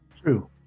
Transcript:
True